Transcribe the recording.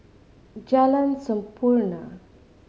Jalan Sampurna